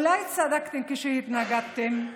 אולי צדקתם כשהתנגדתם.